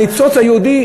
הניצוץ היהודי,